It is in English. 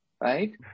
right